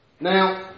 Now